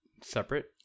separate